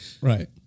Right